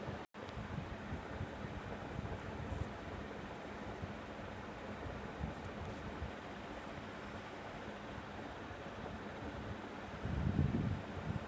మొన్న విజయవాడ మార్కేట్టుకి యెల్లి గెనిసిగెడ్డలున్నాయా అని అడిగితే అందరూ చానా ఆశ్చర్యంగా జూత్తన్నారు